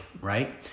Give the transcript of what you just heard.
right